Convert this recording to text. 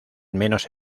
menos